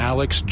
Alex